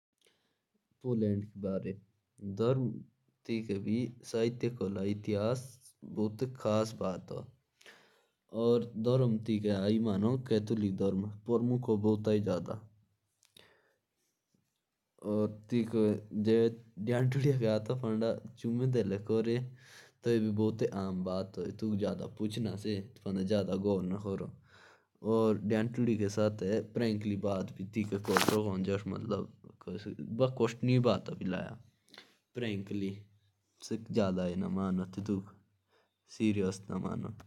पोलैंड में भी कैथोलिक धर्म ज़्यादा प्रभावित है। और वहाँ पे अगर कोई लड़का लड़की को छेड़ दे तो वहाँ ये आम बात है।